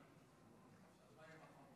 חברי הכנסת, שמעתי קודם,